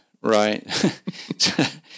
right